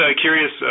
curious